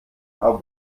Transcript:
aber